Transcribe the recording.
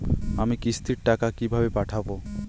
আমি কিস্তির টাকা কিভাবে পাঠাব?